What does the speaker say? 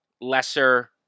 lesser